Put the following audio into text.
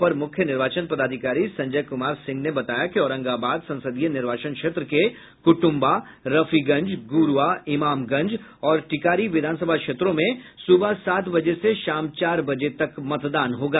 अपर मुख्य निर्वाचन पदाधिकारी संजय कुमार सिंह ने बताया कि औरंगाबाद संसदीय निर्वाचन क्षेत्र के कुटुम्बा रफीगंज गुरूआ इमामगंज और टिकारी विधानसभा क्षेत्रों में सुबह सात बजे से शाम चार बजे तक मतदान होगा